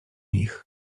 nich